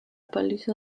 paliza